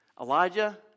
Elijah